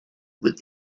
with